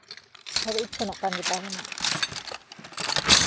ᱥᱟᱹᱨᱤ ᱩᱪᱷᱟᱹᱱᱚᱜ ᱠᱟᱱ ᱜᱮᱛᱟ ᱵᱚᱱᱟ